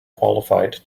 qualified